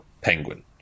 Penguin